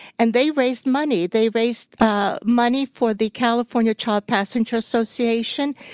and they raised money. they raised ah money for the california child passenger association,